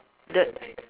the